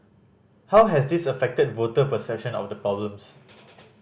how has this affected voter perception of the problems